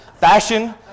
fashion